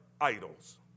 idols